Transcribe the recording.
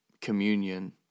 communion